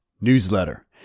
Newsletter